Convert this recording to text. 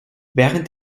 während